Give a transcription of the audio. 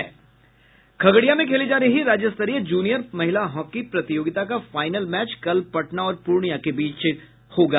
खगड़िया में खेली जा रही राज्यस्तरीय जूनियर महिला हॉकी प्रतियोगिता का फाईनल मैच कल पटना और पूर्णिया के बीच होगा